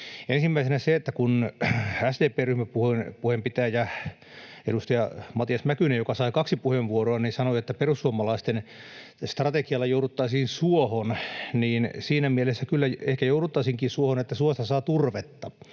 Ensimmäisenä siitä, kun SDP:n ryhmäpuheen pitäjä, edustaja Matias Mäkynen, joka sai kaksi puheenvuoroa, sanoi, että perussuomalaisten strategialla jouduttaisiin suohon, niin siinä mielessä kyllä ehkä jouduttaisiinkin suohon, että suosta saa turvetta